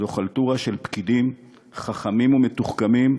זו חלטורה של פקידים חכמים ומתוחכמים,